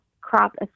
crop